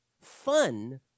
Fun